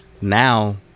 now